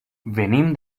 venim